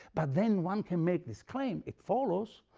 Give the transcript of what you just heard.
but then one can make this claim, it follows,